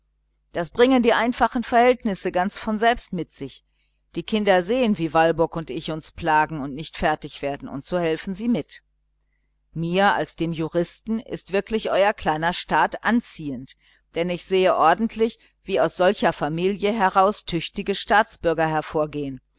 das bringen die einfachen verhältnisse ganz von selbst mit sich die kinder sehen wie walburg und ich uns plagen und doch nicht fertig werden so helfen sie mit mir als dem juristen ist wirklich euer kleiner staat interessant und ich sehe ordentlich wie aus solcher familie tüchtige staatsbürger hervorgehen